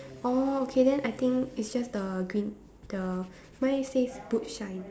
oh okay then I think it's just the green the mine says boot shine